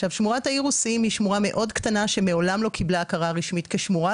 שמורת האירוסים שמורה מאוד קטנה שמעולם לא קיבלה הכרה רשמית כשמורה,